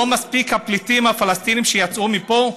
לא מספיק הפליטים הפלסטינים שיצאו מפה,